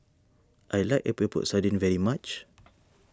I like Epok Epok Sardin very much